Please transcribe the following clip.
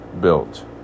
built